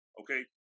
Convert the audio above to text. okay